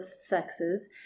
sexes